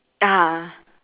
(uh huh)